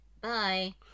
Bye